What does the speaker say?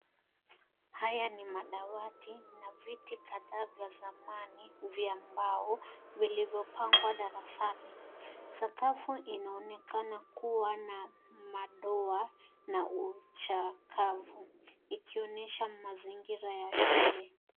Haya ni madawati na viti kadhaa vya zamani vya mbao vilivyopangwa darasani. Sakafu inaonekana kuwa na madoa na uchakavu ikionyesha mazingira ya shule.